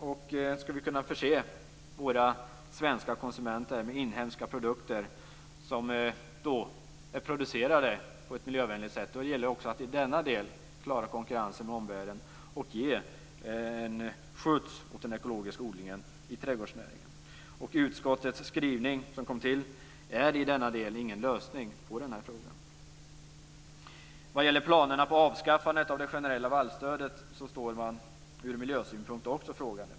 Om vi ska kunna förse våra svenska konsumenter med inhemska produkter som är producerade på ett miljövänligt sätt gäller det också att i denna del klara konkurrensen med omvärlden och ge den ekologiska odlingen inom trädgårdsnäringen en skjuts. Och utskottets skrivning i denna del är ingen lösning på denna fråga. Vad gäller planerna på avskaffandet av det generella vallstödet står man ur miljösynpunkt också frågande.